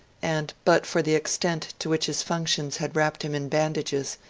and, but for the extent to which his functions had wrapped him in bandages,